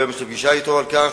היום יש לי פגישה אתו על כך,